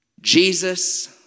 Jesus